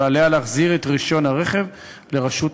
ועליה להחזיר את רישיון הרכב לרשות הרישוי.